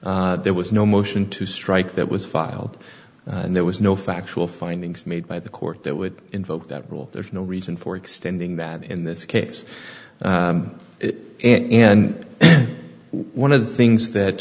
here there was no motion to strike that was filed and there was no factual findings made by the court that would invoke that rule there's no reason for extending that in this case and one of the things that